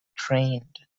trained